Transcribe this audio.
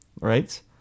right